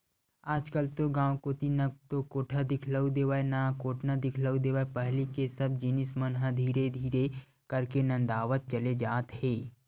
आजकल तो गांव कोती ना तो कोठा दिखउल देवय ना कोटना दिखउल देवय पहिली के सब जिनिस मन ह धीरे धीरे करके नंदावत चले जात हे